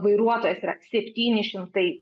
vairuotojas yra septyni šimtai